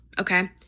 okay